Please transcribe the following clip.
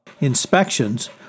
Inspections